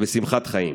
ושמחת חיים.